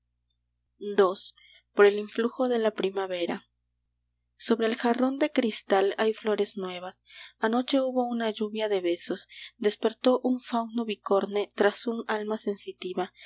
ii por el influjo de la primavera sobre el jarrón de cristal hay flores nuevas anoche hubo una lluvia de besos despertó un fauno bicorne tras un alma sensitiva